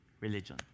religion